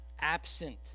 absent